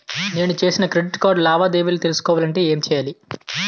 నేను చేసిన credit card లావాదేవీలను తెలుసుకోవాలంటే ఏం చేయాలి?